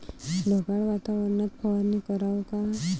ढगाळ वातावरनात फवारनी कराव का?